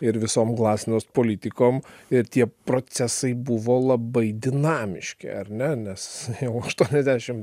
ir visom glasnos politikom ir tie procesai buvo labai dinamiški ar ne nes jau aštuoniasdešim